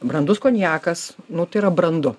brandus konjakas nu tai yra brandu